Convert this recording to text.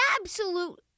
absolute